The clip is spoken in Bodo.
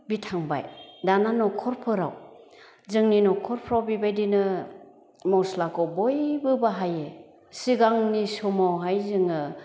बि थांबाय दाना नखरफोराव जोंनि नखरफ्राव बेबायदिनो मस्लाखौ बयबो बाहायो सिगांनि समावहाय जोङो